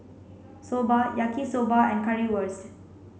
Soba Yaki Soba and Currywurst